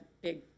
big